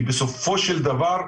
כי בסופו של דבר,